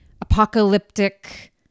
apocalyptic